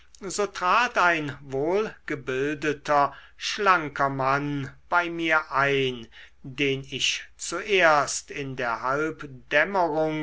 so trat ein wohlgebildeter schlanker mann bei mir ein den ich zuerst in der